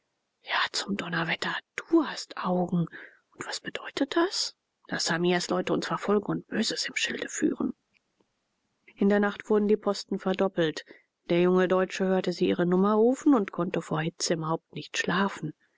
ja zum donnerwetter du hast augen und was bedeutet das daß hamias leute uns verfolgen und böses im schilde führen in der nacht wurden die posten verdoppelt der junge deutsche hörte sie ihre nummer rufen und konnte vor hitze im haupt nicht schlafen